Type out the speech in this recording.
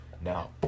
now